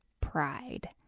pride